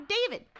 David